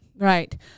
Right